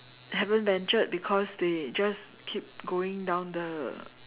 haven't ventured because they just keep going down the